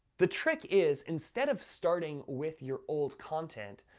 the trick is, instead of starting with your old content,